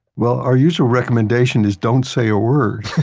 well, our usual recommendation is don't say a word.